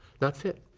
not fit.